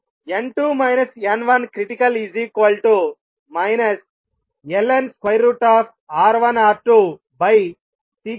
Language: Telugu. n2 n1క్రిటికల్ ln√ σl